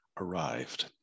arrived